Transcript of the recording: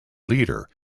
leader